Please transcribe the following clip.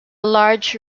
large